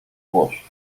złość